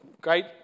great